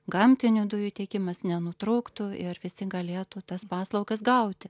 gamtinių dujų tiekimas nenutrūktų ir visi galėtų tas paslaugas gauti